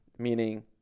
meaning